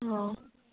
অঁ